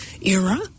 era